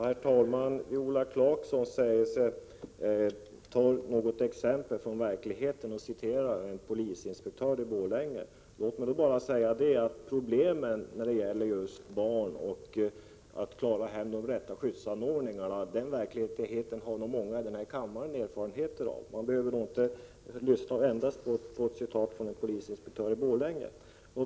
Herr talman! Viola Claesson säger sig ta exempel från verkligheten och citerar en polisinspektör i Borlänge. Låt mig då bara säga: I fråga om att klara riktiga skyddsanordningar för barn har nog många här i kammaren erfarenhet av problemen, så man behöver nog inte lyssna på citat från en polisinspektör från Borlänge.